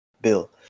Bill